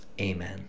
amen